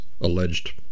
alleged